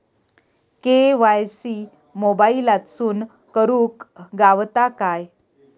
KYC मोबाईलातसून करुक गावता काय?